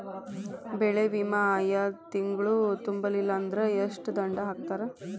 ಬೆಳೆ ವಿಮಾ ಆಯಾ ತಿಂಗ್ಳು ತುಂಬಲಿಲ್ಲಾಂದ್ರ ಎಷ್ಟ ದಂಡಾ ಹಾಕ್ತಾರ?